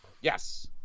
Yes